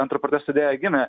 antro protesto idėja gimė